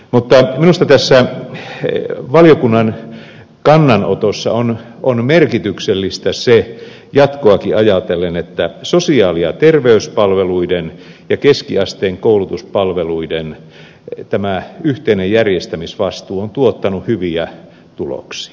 mutta minusta tässä valiokunnan kannanotossa on merkityksellistä jatkoakin ajatellen se että sosiaali ja terveyspalveluiden ja keskiasteen koulutuspalveluiden yhteinen järjestämisvastuu on tuottanut hyviä tuloksia